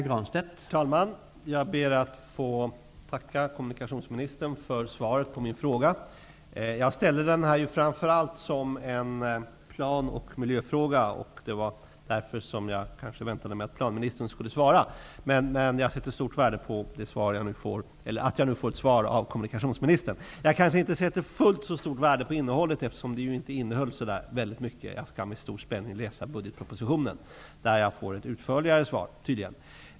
Herr talman! Jag ber att få tacka kommunikationsministern för svaret på min fråga. Jag ställde den framför allt som en plan och miljöfråga, och det var därför som jag väntade mig att planministern skulle svara. Men jag sätter stort värde på att jag nu får ett svar av kommunikationsministern. Jag kanske inte sätter fullt så stort värde på innehållet, eftersom svaret inte innehöll särskilt mycket. Jag skall med stor spänning läsa budgetpropositionen där jag tydligen skall få ett utförligare svar.